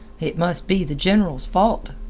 it must be the general's fault,